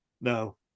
No